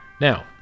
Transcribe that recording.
Now